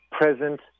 present